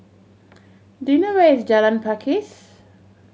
do you know where is Jalan Pakis